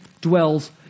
dwells